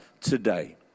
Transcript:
today